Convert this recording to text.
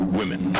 women